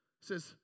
says